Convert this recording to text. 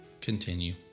Continue